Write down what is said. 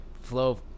flow